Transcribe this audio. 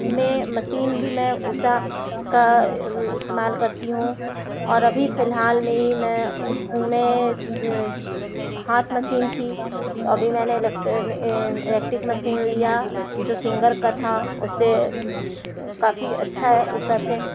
میں مسین بھی میں اوشا کا استعمال کرتی ہوں اور ابھی فی الحال میں ہی میں اس میں ہاتھ مسین تھی تو ابھی میں نے الیکٹرانی الیکٹرک مسین لیا جو سنگر کا تھا اس سے کافی اچھا ہے اوسا سے